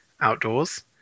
outdoors